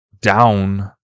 down